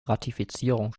ratifizierung